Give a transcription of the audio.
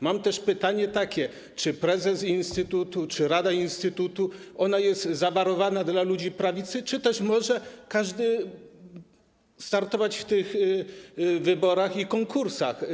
Mam też takie pytanie: Czy prezes instytutu, czy rada instytutu jest zabarowana dla ludzi prawicy, czy też każdy może startować w tych wyborach i konkursach?